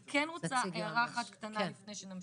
אני כן רוצה הערה אחת קטנה לפני שנמשיך.